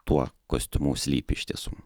tuo kostiumu slypi iš tiesų